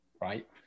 Right